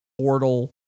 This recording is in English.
portal